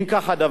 אם כך הדבר,